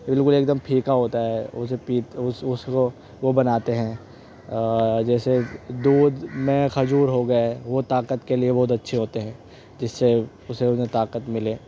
بالکل ایک دم پھیکا ہوتا ہے اس پیتے اس کو وہ بناتے ہیں جیسے دودھ میں کھجور ہوگئے وہ طاقت کے لیے بہت اچھے ہوتے ہیں جس سے اس سے انہیں طاقت ملے